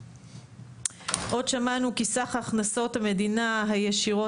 עוד שמענו כי סך הכנסות המדינה הישירות